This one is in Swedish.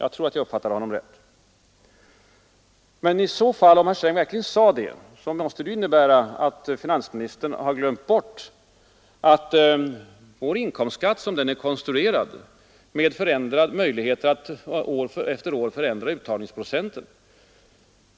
Om herr Sträng verkligen menade det, så måste det innebära att finansministern har glömt att vår inkomstskatt är konstruerad så att man har möjlighet att år från år ändra uttagsprocenten.